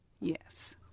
Yes